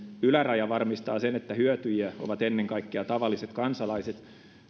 yläraja varmistaa sen että hyötyjiä ovat ennen kaikkea tavalliset kansalaiset